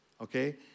okay